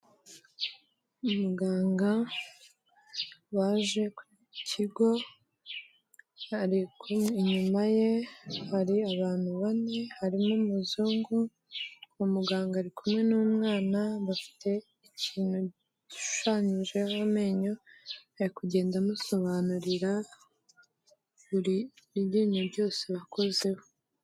Umuganga waje ku kigo, ariku inyuma ye hari abantu bane, harimo umuzungu, umuganga ari kumwe n'umwana bafite ikintu gishushanyijeho amenyo, ari kugenda amusobanurira buri ryinyo ryose bakozeho.